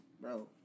Bro